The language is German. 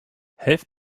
helft